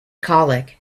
colic